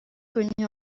connue